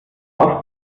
auf